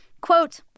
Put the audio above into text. quote